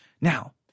Now